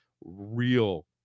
real